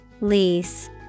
Lease